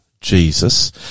Jesus